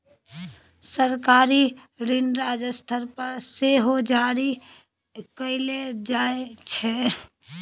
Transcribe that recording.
सरकारी ऋण राज्य स्तर पर सेहो जारी कएल जाइ छै